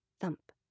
thump